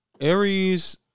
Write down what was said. Aries